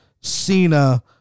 Cena